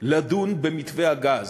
לדון במתווה הגז,